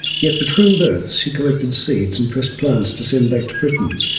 yet between births, she collected seeds and pressed plants to send back to britain,